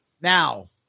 Now